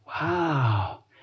wow